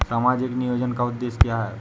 सामाजिक नियोजन का उद्देश्य क्या है?